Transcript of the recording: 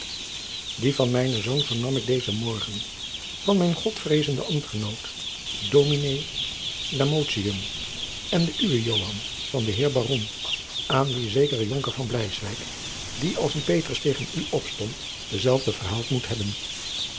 die van mijnen zoon vernam ik dezen morgen van mijn godvreezenden ambtgenoot dm lamotium en de uwe joan van den heer baron aan wien zekere jonker van bleiswyk die als een petrus tegen u opstond dezelve verhaald moet hebben